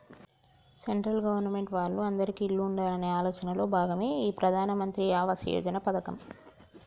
central government వాళ్ళు అందిరికీ ఇల్లు ఉండాలనే ఆలోచనలో భాగమే ఈ ప్రధాన్ మంత్రి ఆవాస్ యోజన పథకం